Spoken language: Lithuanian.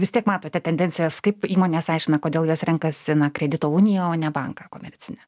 vis tiek matote tendencijas kaip įmonės aiškina kodėl jos renkasi na kredito uniją o ne banką komercinį